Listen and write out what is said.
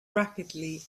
rapidly